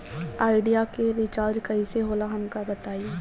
Idea के recharge कईसे होला हमका बताई?